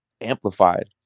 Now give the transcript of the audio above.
amplified